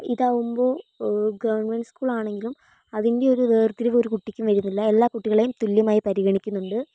ഇതാവുമ്പോൾ government school ആണെങ്കിലും അതിൻ്റെ ഒരു വേർതിരിവ് ഒരു കുട്ടിക്കും വരുന്നില്ല എല്ലാ കുട്ടികളെയും തുല്യമായി പരിഗണിക്കുന്നുണ്ട്